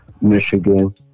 Michigan